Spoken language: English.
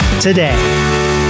today